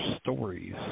stories